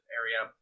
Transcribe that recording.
area